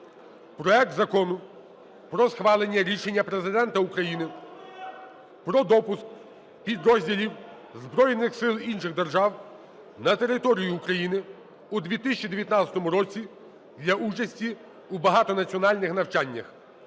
проект Закону про схвалення рішення Президента України про допуск підрозділів збройних сил інших держав на територію України у 2019 році для участі у багатонаціональних навчаннях